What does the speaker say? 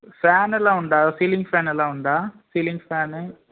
fan எல்லாம் உண்டா ceiling fan எல்லாம் உண்டா சீலிங் ஃபேனு